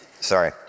sorry